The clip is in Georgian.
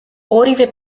ორივე